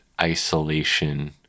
isolation